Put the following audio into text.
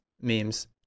memes